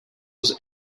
was